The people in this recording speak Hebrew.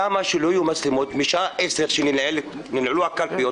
למה שלא יהיו מצלמות משעה 22:00 כשננעלות הקלפיות.